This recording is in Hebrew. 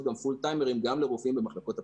פול-טיימרים גם לרופאים במחלקות הפנימיות.